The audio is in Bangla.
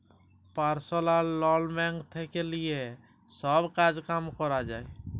পার্সলাল লন ব্যাঙ্ক থেক্যে লিয়ে সব কাজ কাম ক্যরা যায়